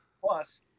Plus